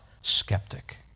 skeptic